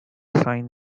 sign